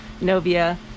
Novia